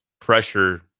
pressure